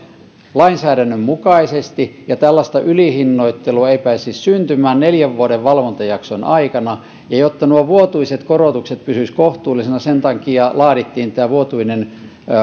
lainsäädännön mukaisesti ja tällaista ylihinnoittelua ei pääsisi syntymään neljän vuoden valvontajakson aikana ja jotta nuo vuotuiset korotukset pysyisivät kohtuullisina sen takia laadittiin tämä vuotuinen